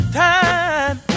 time